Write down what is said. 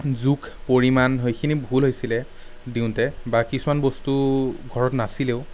জোখ পৰিমাণ সেইখিনি ভুল হৈছিল দিওঁতে বা কিছুমান বস্তু ঘৰত নাছিলেও